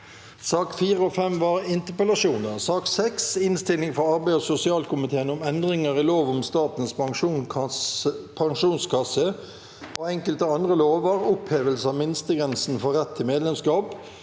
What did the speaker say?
sak nr. 6, debattert 7. november 2023 Innstilling fra arbeids- og sosialkomiteen om Endringer i lov om Statens pensjonskasse og enkelte andre lover (opphevelse av minstegrensen for rett til medlemskap)